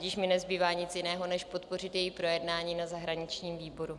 Tudíž mi nezbývá nic jiného, než podpořit její projednání na zahraničním výboru.